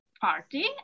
party